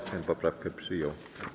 Sejm poprawkę przyjął.